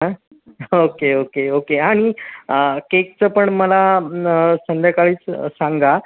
आं okay okay okay आणि केकचं पण मला न संध्याकाळीच सांगा